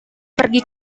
pergi